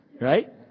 right